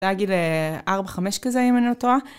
להגיד 4-5 כזה אם אני לא טועה